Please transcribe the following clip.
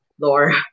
lore